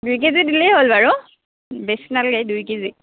দুই কেজি দিলেই হ'ল বাৰু বেছি নালাগে দুই কেজি